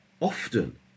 often